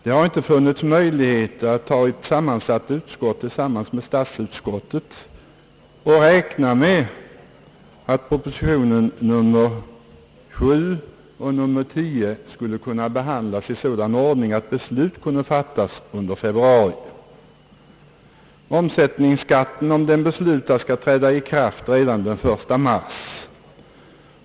Det har inte funnits möjligheter att bilda ett sammansatt utskott tillsammans med statsutskottet och räkna med att propositionerna nr 7 och 10 skulle kunna behandlas i en sådan ordning, att beslut kunde fattas under februari månad. Omsättningsskatten, om den beslutas, skall träda i kraft redan den 1 mars.